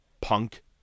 Punk